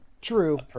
True